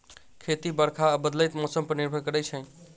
खेती बरखा आ बदलैत मौसम पर निर्भर करै छै